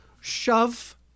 shove